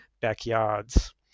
backyards